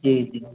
जी जी